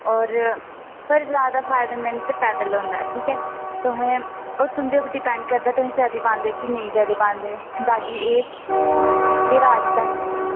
होर पर ज्यादा फायदेमंद ते पैदल होंदा ऐ ठीक ऐ तुसें ओह् तुं'दे पर डिपेंड करदा तुसें चली पांदे कि नेईं चली पांदे बाकी एह् एह् रास्ता ऐ